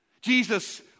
Jesus